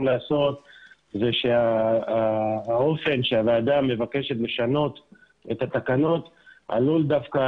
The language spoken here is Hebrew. לעשות זה שהאופן שהוועדה מבקשת לשנות את התקנות עלול דווקא